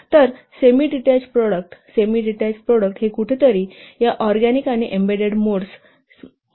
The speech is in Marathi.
तर सेमीडीटेच प्रॉडक्ट सेमीडीटेच मोडमध्ये असतात